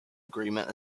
agreement